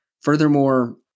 Furthermore